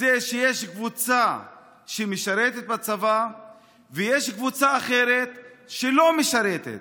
שיש קבוצה שמשרתת בצבא ויש קבוצה אחרת שלא משרתת.